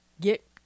get